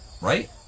right